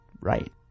right